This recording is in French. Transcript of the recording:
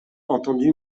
entendu